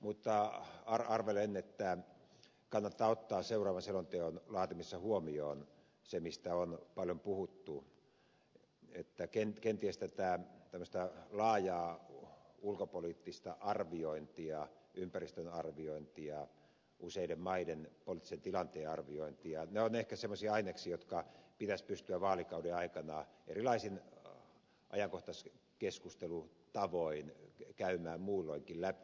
mutta arvelen että kannattaa ottaa seuraavan selonteon laatimisessa huomioon se mistä on paljon puhuttu että kenties tämmöinen laaja ulkopoliittinen arviointi ympäristön arviointi useiden maiden poliittisen tilanteen arviointi ovat semmoisia aineksia jotka pitäisi pystyä vaalikauden aikana erilaisin ajankohtaiskeskustelutavoin käymään muulloinkin läpi